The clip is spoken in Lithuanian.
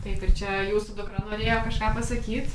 taip ir čia jūsų dukra norėjo kažką pasakyt